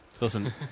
Listen